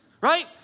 right